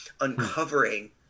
uncovering